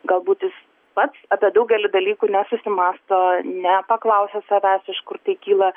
galbūt jis pats apie daugelį dalykų nesusimąsto nepaklausia savęs iš kur tai kyla